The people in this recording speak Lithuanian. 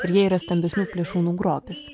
ir jie yra stambesnių plėšrūnų grobis